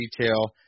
detail